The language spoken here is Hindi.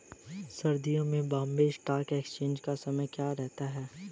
सर्दियों में बॉम्बे स्टॉक एक्सचेंज का समय क्या रहता है?